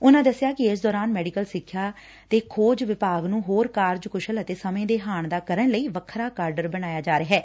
ਉਨਾਂ ਕਿਹਾ ਕਿ ਇਸ ਦੌਰਾਨ ਮੈਡੀਕਲ ਸਿੱਖਿਆ ਤੇ ਖੋਜ਼ ਵਿਭਾਗ ਨੂੰ ਹੋਰ ਕਾਰਜ ਕੁਸ਼ਲ ਅਤੇ ਸਮੇਂ ਦੇ ਹਾਣ ਦਾ ਕਰਨ ਲਈ ਵੱਖਰਾ ਕਾਡਰ ਬਣਾਇਆ ਜਾ ਰਿਹੈ